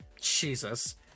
Jesus